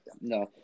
no